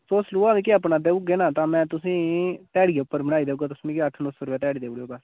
तुस लोहा मिगी अपना देई ओड़गे ना ते में तुसें ई ध्याड़िया उप्पर बनाई देई ओड़गा तुस मिगी अट्ठ नौ सौ रपेआ ध्याड़ी देई ओड़ेओ बस